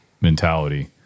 mentality